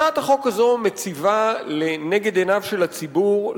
הצעת החוק הזו מציבה לנגד עיניו של הציבור,